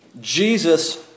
Jesus